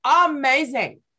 amazing